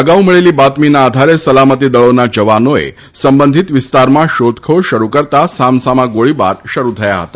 અગાઉ મળેલી બાતમીના આધારે સલામતીદળોના જવાનોએ સંબંધિત વિસ્તારમાં શોધખોળ શરૂ કરતા સામસામા ગોળીબાર શરૂ થયા હતા